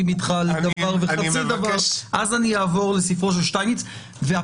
וועדה אחרת מאשרת את העבירות המינהליות ואת